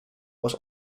was